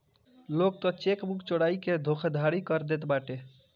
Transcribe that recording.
लोग तअ चेकबुक चोराई के धोखाधड़ी कर देत बाटे